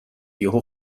یهو